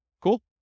Cool